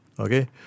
Okay